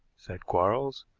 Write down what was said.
said quarles.